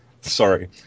sorry